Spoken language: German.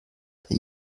der